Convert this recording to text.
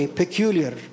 peculiar